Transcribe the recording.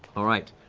all right.